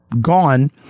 gone